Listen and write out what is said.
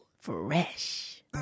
Fresh